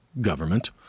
government